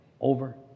over